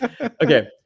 Okay